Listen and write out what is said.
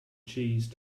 cheese